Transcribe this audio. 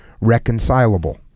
Reconcilable